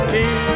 King